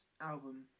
album